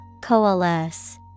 Coalesce